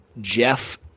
Jeff